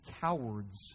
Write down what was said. cowards